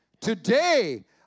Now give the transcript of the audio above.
Today